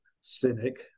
cynic